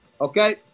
Okay